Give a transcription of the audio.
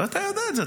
ואתה יודע את זה,